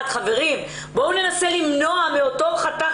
נוכל להעביר נתונים עדכניים מאז הדוח ועד היום.